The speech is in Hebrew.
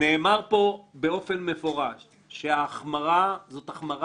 נאמר פה באופן מפורש שההחמרה זאת החמרה